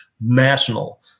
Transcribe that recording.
national